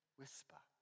whisper